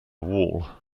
wall